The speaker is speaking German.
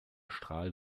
strahl